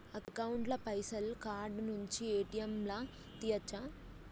Account ల పైసల్ card నుండి ఏ.టి.ఎమ్ లా తియ్యచ్చా?